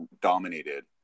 dominated